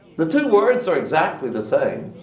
the two words are exactly the same.